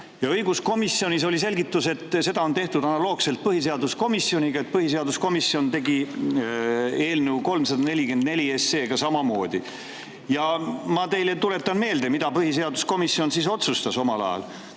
Õiguskomisjonis oli selgitus, et seda on tehtud analoogselt põhiseaduskomisjoniga, et põhiseaduskomisjon tegi eelnõu 344 puhul samamoodi. Ma tuletan teile meelde, mida põhiseaduskomisjon otsustas omal ajal.